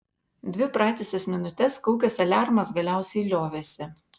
dvi pratisas minutes kaukęs aliarmas galiausiai liovėsi